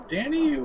Danny